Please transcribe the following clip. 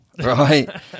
right